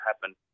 happen